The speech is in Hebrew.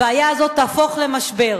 הבעיה הזאת תהפוך למשבר.